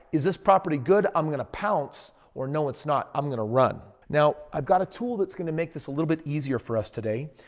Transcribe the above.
is this property good? i'm going to pounce or no it's not? i'm going to run. now, i've got a tool that's going to make this a little bit easier for us today.